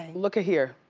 look at here.